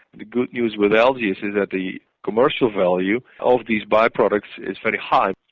the good news with algae is is that the commercial value of these by-products is very high.